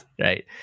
right